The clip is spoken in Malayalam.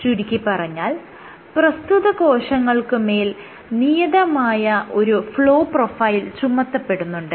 ചുരുക്കിപ്പറഞ്ഞാൽ പ്രസ്തുത കോശങ്ങൾക്കുമേൽ നിയതമായ ഒരു ഫ്ലോ പ്രൊഫൈൽ ചുമത്തപ്പെടുന്നുണ്ട്